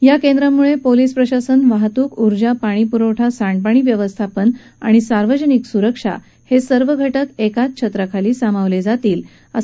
या केंद्रांमुळे पोलीस प्रशासन वाहतूक ऊर्जा पाणीपुरवठा सांडपाणी व्यवस्थापन आणि सार्वजनिक सुरक्षा हे सर्व घटक एकाच छत्राखाली सामावले जातील असं प्रधानमंत्री म्हणाले